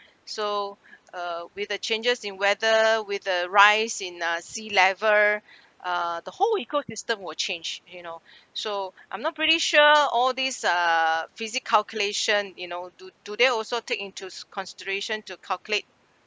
so uh with the changes in weather with the rise in uh sea level uh the whole ecosystem will change you know so I'm not pretty sure all these uh physics calculation you know do do they also take into s~ consideration to calculate